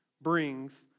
brings